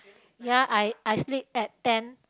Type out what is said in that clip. ya I I sleep at ten